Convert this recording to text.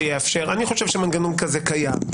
שיאפשר אני חושב שמנגנון כזה קיים.